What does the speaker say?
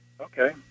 Okay